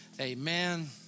amen